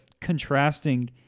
contrasting